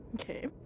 Okay